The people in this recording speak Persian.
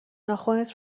ناخنت